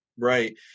Right